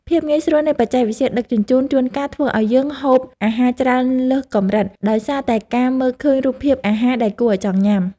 ភាពងាយស្រួលនៃបច្ចេកវិទ្យាដឹកជញ្ជូនជួនកាលធ្វើឲ្យយើងហូបអាហារច្រើនលើសកម្រិតដោយសារតែការមើលឃើញរូបភាពអាហារ ដែលគួរឲ្យចង់ញ៉ាំ។